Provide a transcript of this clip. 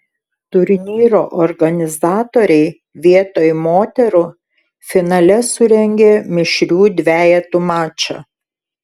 turnyro organizatoriai vietoj moterų finale surengė mišrių dvejetų mačą